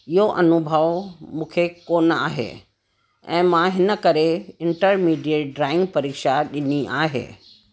इहो अनुभव मूंखे कोन आहे ऐं मां हिन करे इंटरमीडिएट ड्रॉइंग परीक्षा ॾिनी आहे